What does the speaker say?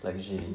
luxury